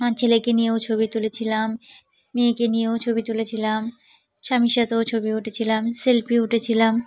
আম ছেলেকে নিয়েও ছবি তুলেছিলাম মেয়েকে নিয়েও ছবি তুলেছিলাম স্বামীর সাথেও ছবি উঠেছিলাম সেলফি উঠেছিলাম